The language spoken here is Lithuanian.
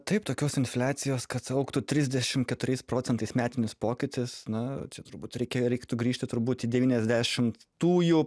taip tokios infliacijos kad augtų trisdešimt keturiais procentais metinis pokytis na čia turbūt reikėjo reiktų grįžti turbūt į devyniasdešimtųjų